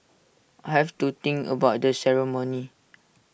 I have to think about the ceremony